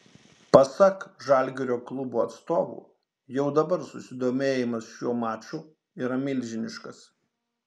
pasak žalgirio klubo atstovų jau dabar susidomėjimas šiuo maču yra milžiniškas